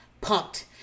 pumped